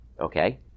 Okay